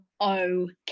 okay